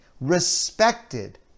respected